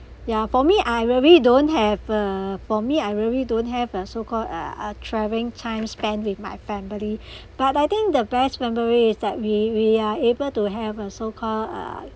ya for me I really don't have uh for me I really don't have a so called uh uh travelling time spend with my family but I think the best memory is that we we are able to have a so call uh